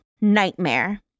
Nightmare